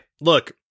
look